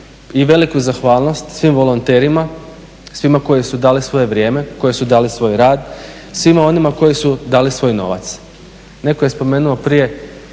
i veliku zahvalnost svim volonterima, svima koji su dali svoje vrijeme, koji su dali svoj rad, svima onima koji su dali svoj novac. Neko je spomenuo prije